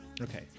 Okay